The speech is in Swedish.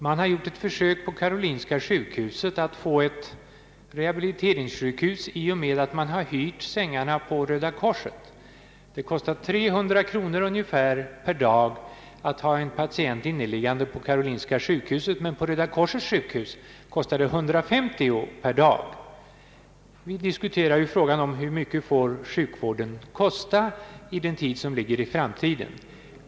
På Karolinska sjukhuset har det gjorts försök att skapa ett rehabiliteringssjukhus i och med att man hyr sängar på Röda korset. Det kostar ungefär 300 kronor per dag att ha en patient inneliggande på Karolinska sjukhuset, men på Röda korsets sjukhus kostar det 150 kronor per dag. Vi diskuterar ju frågan om hur mycket siukvården får kosta i framtiden.